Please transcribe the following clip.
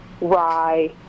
rye